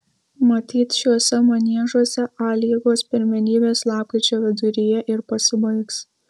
matyt šiuose maniežuose a lygos pirmenybės lapkričio viduryje ir pasibaigs